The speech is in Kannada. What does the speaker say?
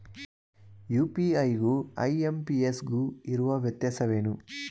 ಯು.ಪಿ.ಐ ಗು ಐ.ಎಂ.ಪಿ.ಎಸ್ ಗು ಇರುವ ವ್ಯತ್ಯಾಸವೇನು?